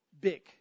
big